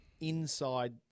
inside